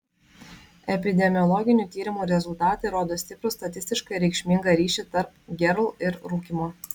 epidemiologinių tyrimų rezultatai rodo stiprų statistiškai reikšmingą ryšį tarp gerl ir rūkymo